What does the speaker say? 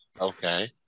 Okay